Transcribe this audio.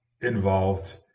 involved